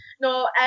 No